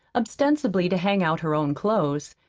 ostensibly to hang out her own clothes,